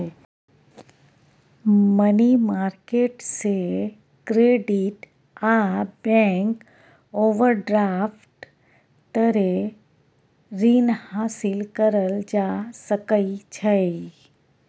money market से credit आ bank overdraft तरे रीन हासिल करल जा सकइ छइ